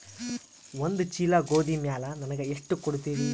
ಒಂದ ಚೀಲ ಗೋಧಿ ಮ್ಯಾಲ ನನಗ ಎಷ್ಟ ಕೊಡತೀರಿ?